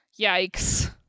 yikes